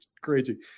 crazy